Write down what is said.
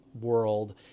world